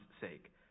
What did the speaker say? sake